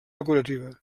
decorativa